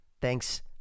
Thanks